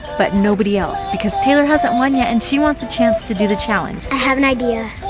but nobody else because taylor hasn't won yet and she wants a chance to do the challenge. i have an idea.